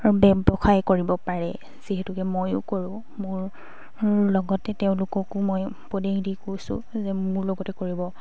ব্যৱসায় কৰিব পাৰে যিহেতুকে ময়ো কৰোঁ মোৰ লগতে তেওঁলোককো মই উপদেশ দি কৈছোঁ যে মোৰ লগতে কৰিব